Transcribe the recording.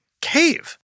cave